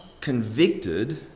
convicted